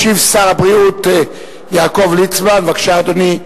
ישיב שר הבריאות יעקב ליצמן, בבקשה, אדוני.